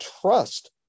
trust